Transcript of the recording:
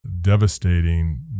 devastating